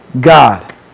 God